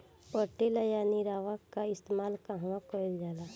पटेला या निरावन का इस्तेमाल कहवा कइल जाला?